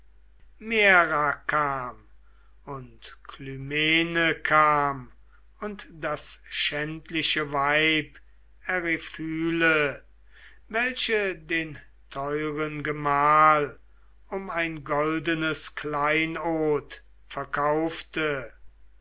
maira und klymene kam und das schändliche weib eriphyle welche den teuren gemahl um ein goldenes kleinod verkaufte